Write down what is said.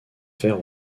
faire